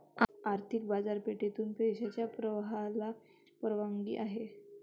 आर्थिक बाजारपेठेतून पैशाच्या प्रवाहाला परवानगी आहे